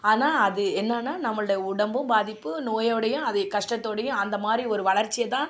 ஆனால் அது என்னன்னா நம்மளுடைய உடம்பும் பாதிப்பு நோயோடயும் அதே கஷ்டத்தோடயும் அந்தமாதிரி ஒரு வளர்ச்சியை தான்